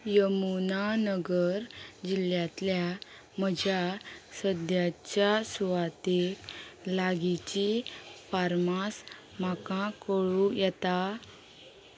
यमुनानगर जिल्ल्यांतल्या म्हज्या सद्याच्या सुवातेक लागींची फार्मास म्हाका कळूं येता